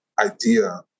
idea